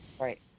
right